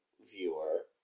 viewer